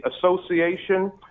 Association